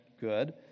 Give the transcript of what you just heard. good